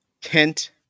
Kent